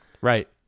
Right